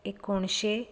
एकोणशें